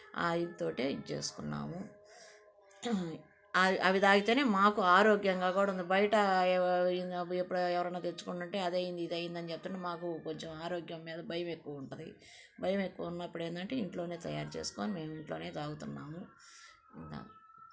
ఆ ఇది తోటే ఇది చేసుకున్నాము అవి అవి తాగితేనే మాకు ఆరోగ్యంగా కూడా బయట ఇప్పుడు ఎవరైనా తెచ్చుకుంటుంటే అది అయ్యింది ఇది అయింది అని చెప్తుంటారు మాకు కొంచెం ఆరోగ్యం మీద భయం ఎక్కువ ఉంటుంది భయం ఎక్కువ ఉన్నప్పుడేంటంటే మేము ఇంట్లోనే తయారుచేసుకొని మేము ఇంట్లోనే తాగుతున్నాము ఇంకా